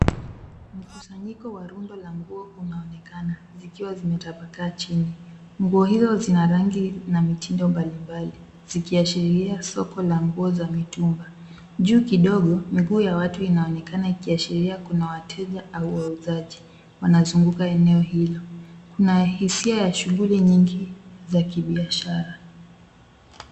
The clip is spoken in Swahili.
Mkusanyiko wa rundo la nguo unaonekana zikiwa zimetapakaa chini. Nguo hizo zina rangi na mitindo mbali mbali. Zikiashiria soko la nguo za mitumba. Juu kidogo miguu ya watu inaonekana ikiashiria kuna wateja au wauzaji, wanazunguka eneo hilo. Kuna hisia ya shughuli nyingi za kibiashara.